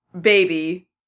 baby